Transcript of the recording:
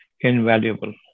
invaluable